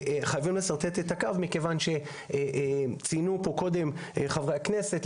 חייבים לשרטט את הקו מכיוון שציינו פה קודם חברי הכנסת,